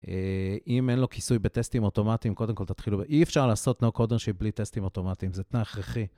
אם אין לו כיסוי בטסטים אוטומטיים, קודם כל תתחילו, אי אפשר לעשות נאו-קוד-שיפ בלי טסטים אוטומטיים, זה תנאי הכרחי.